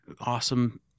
awesome